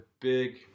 big